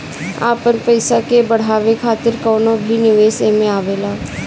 आपन पईसा के बढ़ावे खातिर कवनो भी निवेश एमे आवेला